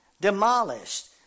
Demolished